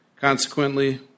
Consequently